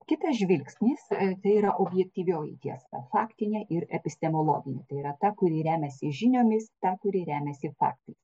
kitas žvilgsnis tai yra objektyvioji tiesa faktinė ir epistemologinė tai yra ta kuri remiasi žiniomis ta kuri remiasi faktais